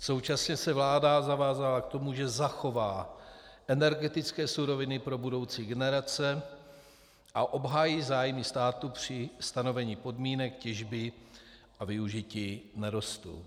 Současně se vláda zavázala k tomu, že zachová energetické suroviny pro budoucí generace a obhájí zájmy státu při stanovení podmínek těžby a využití nerostů.